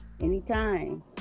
Anytime